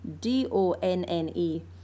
D-O-N-N-E